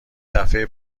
دفعه